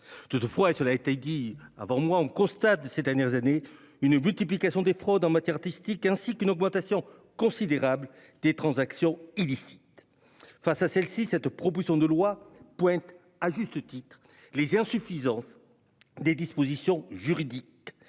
Toutefois, on constate ces dernières années une multiplication des fraudes en matière artistique, ainsi qu'une augmentation considérable des transactions illicites. Face à ces dernières, cette proposition de loi pointe à juste titre les insuffisances des dispositions juridiques